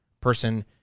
person